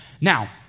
Now